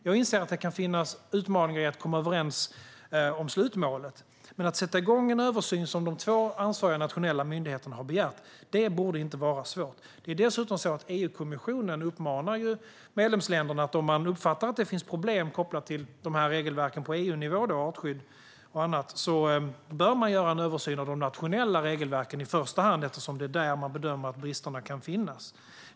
Jag inser att det kan finnas utmaningar i att komma överens om slutmålet. Men att sätta igång en översyn som de två ansvariga nationella myndigheterna har begärt borde inte vara svårt. Det är dessutom så att EU-kommissionen uppmanar medlemsländerna att om man uppfattar att det finns problem kopplat till regelverken på EUnivå om artskydd och annat göra en översyn av de nationella regelverken i första hand eftersom det är där man bedömer att bristerna kan finnas.